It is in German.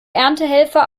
erntehelfer